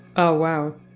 oh wow.